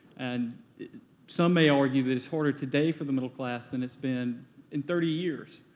and some may argue that it's harder today for the middle class than it's been in thirty years.